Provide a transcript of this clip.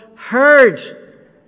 heard